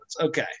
Okay